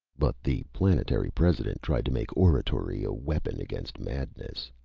but the planetary president tried to make oratory a weapon against madness.